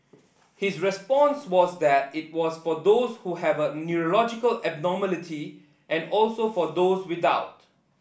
his response was that it was for those who have a neurological abnormality and also for those without